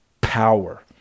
Power